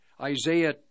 Isaiah